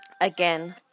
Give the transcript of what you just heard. again